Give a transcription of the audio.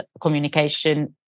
communication